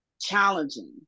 challenging